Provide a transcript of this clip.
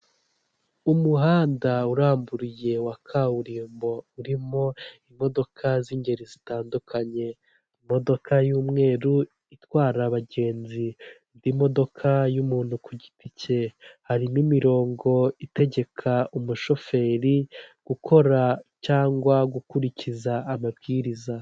Umuhanda uramburiye wa kaburimbo urimo imodoka z'ingeri zitandukanye, imodoka y'umweru itwara abagenzi n'imodoka y'umuntu ku giti cye, harimo imirongo itegeka umushoferi gukora cyangwa gukurikiza amabwiriza.